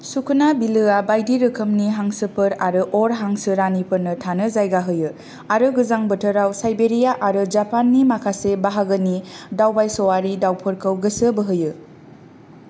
सुखना बिलोआ बायदि रोखोमनि हांसोफोर आरो अर हांसो रानिफोरनो थानो जायगा होयो आरो गोजां बोथोराव साइबेरिया आरो जापाननि माखासे बाहागोनि दावबायस'वारि दाउफोरखौ गोसो बोहोयो